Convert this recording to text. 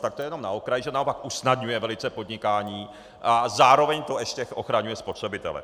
Takže to jenom na okraj, že naopak usnadňuje velice podnikání a zároveň to ještě ochraňuje spotřebitele.